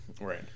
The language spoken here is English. Right